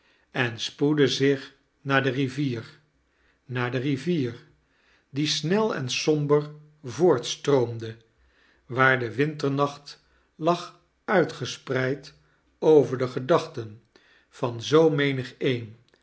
en spoedde zich naar de rivier naar do rivier die snel en somber voortstroomde waar de winternaoht lag uitgespreid over de gedachten van zoo meaiigeen